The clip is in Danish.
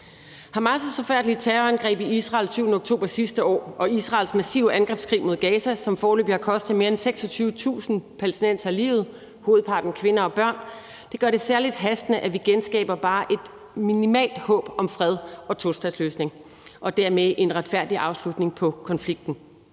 Hamas' forfærdelige terrorangreb i Israel den 7. oktober sidste år og Israels massive angrebskrig mod Gaza, som foreløbig har kostet mere end 26.000 palæstinensere livet, hovedparten kvinder og børn, gør det særlig hastende, at vi genskaber bare et minimalt håb om fred og en tostatsløsning og dermed en retfærdig afslutning på konflikten.